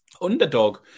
Underdog